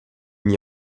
mis